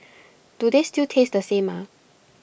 do they still taste the same ah